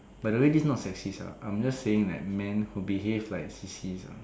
by the way this is not sexist ah I'm just saying that the men who behave like sissies ah